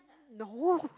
no